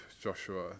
Joshua